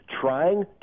trying